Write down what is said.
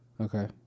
Okay